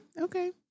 Okay